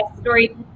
story